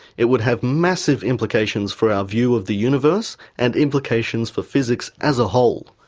it would have massive implications for our view of the universe and implications for physics as a whole.